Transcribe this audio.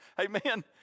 Amen